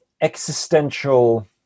existential